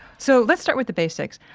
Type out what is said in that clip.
so let's start with the basics.